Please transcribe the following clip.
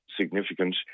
significant